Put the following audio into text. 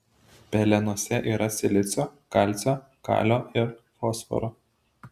pelenuose yra silicio kalcio kalio ir fosforo